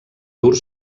dur